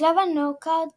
בשלב הנוקאאוט